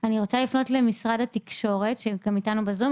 אני רוצה לפנות למשרד התקשורת שאתנו בזום,